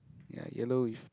ya yellow with